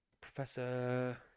Professor